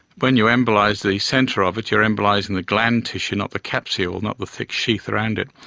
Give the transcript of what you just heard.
when you embolise the centre of it you are embolising the gland tissue, not the capsule, not the thick sheath around it,